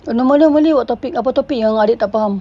normal normally what topic apa topic yang adik tak faham